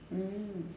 mm